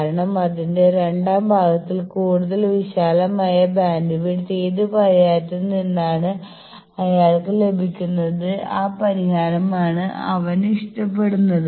കാരണം അതിന്റെ രണ്ടാം ഭാഗത്തിൽ കൂടുതൽ വിശാലമായ ബാൻഡ്വിഡ്ത്ത് ഏത് പരിഹാരത്തിൽ നിന്നാണ് അയാൾക്ക് ലഭിക്കുന്നത് ആ പരിഹാരമാണ് അവൻ ഇഷ്ടപ്പെടുന്നത്